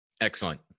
Excellent